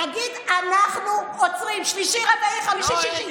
תגיד: אנחנו עוצרים, שלישי, רביעי, חמישי, שישי.